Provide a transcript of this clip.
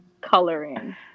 coloring